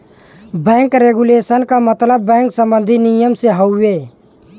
bank regulation क मतलब bank सम्बन्धी नियम से हउवे